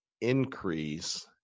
increase